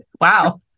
Wow